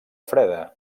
freda